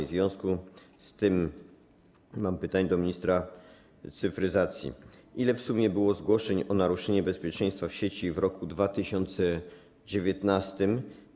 W związku z tym mam pytanie do ministra cyfryzacji: Ile w sumie było zgłoszeń o naruszeniu bezpieczeństwa w sieci w roku 2019?